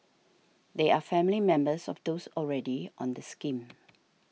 they are family members of those already on the scheme